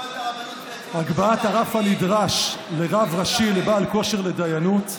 הגבהת הרף הנדרש לרב ראשי לבעל כושר לדיינות,